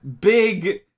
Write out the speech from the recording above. big